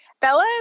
Bella